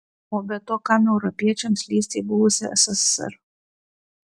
o be to kam europiečiams lįsti į buvusią sssr